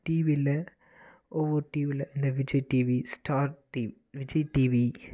டிவியில் ஒவ்வொரு டிவியில் இந்த Vijay TV star TV Vijay TV